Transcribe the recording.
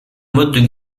modes